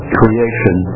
creation